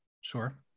Sure